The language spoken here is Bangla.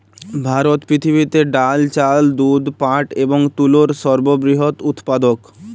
ভারত পৃথিবীতে ডাল, চাল, দুধ, পাট এবং তুলোর সর্ববৃহৎ উৎপাদক